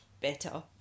better